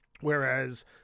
whereas